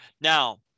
Now